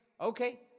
Okay